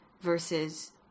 Versus